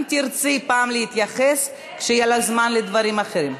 אם תרצי פעם להתייחס, כשיהיה לך זמן לדברים אחרים.